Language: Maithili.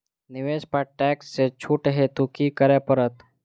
निवेश पर टैक्स सँ छुट हेतु की करै पड़त?